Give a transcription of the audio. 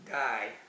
die